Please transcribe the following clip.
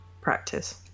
practice